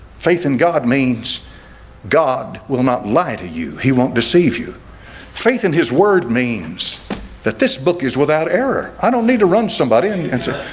faith in god means god will not lie to you. he won't deceive you faith in his word means that this book is without error. i don't need to run somebody answer.